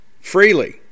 freely